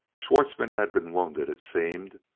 schwartzmann had been wounded, it seemed,